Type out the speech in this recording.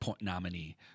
nominee